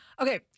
Okay